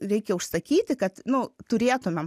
reikia užsakyti kad nu turėtumėm